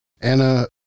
Anna